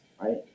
right